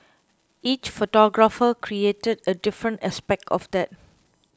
each photographer created a different aspect of that